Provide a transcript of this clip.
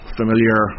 familiar